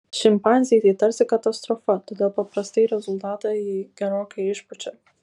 šimpanzei tai tarsi katastrofa todėl paprastai rezultatą ji gerokai išpučia